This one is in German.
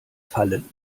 fallen